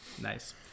nice